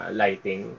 lighting